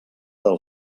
del